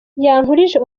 yankurije